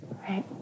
right